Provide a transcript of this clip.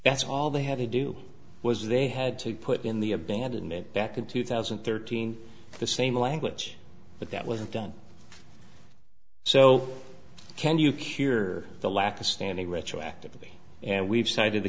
that's all they had to do was they had to put in the abandonment back in two thousand and thirteen the same language but that wasn't done so can you cure the lack of standing retroactively and we've cited the